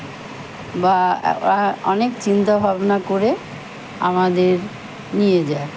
বা অনেক চিন্তা ভাবনা করে আমাদের নিয়ে যায়